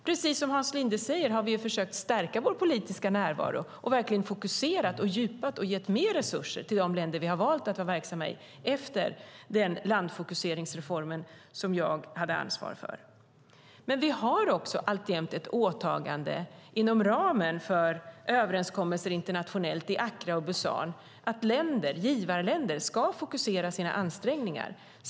Precis som Hans Linde säger har vi försökt stärka vår politiska närvaro och verkligen fokuserat, fördjupat och gett mer resurser till de länder som vi har valt att vara verksamma i efter den landfokuseringsreform som jag hade ansvar för. Vi har alltjämt ett åtagande inom ramen för överenskommelser internationellt i Accra och Busan att givarländer ska fokusera sina ansträngningar.